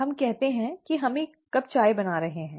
हम कहते हैं कि हम एक कप चाय बना रहे हैं